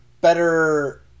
better